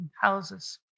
houses